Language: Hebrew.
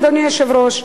אדוני היושב-ראש,